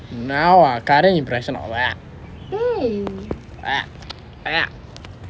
now ah current impression is